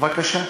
בבקשה.